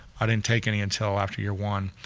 i didn't take any until after year one,